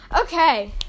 Okay